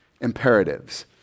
imperatives